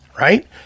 Right